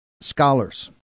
scholars